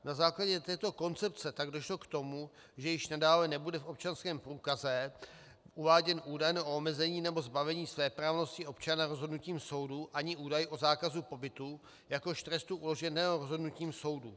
Na základě této koncepce tak došlo k tomu, že již nadále nebude v občanském průkazu uváděn údaj o omezení nebo zbavení svéprávnosti občana rozhodnutím soudu ani údaj o zákazu pobytu jako trestu uloženého rozhodnutím soudu.